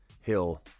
Hill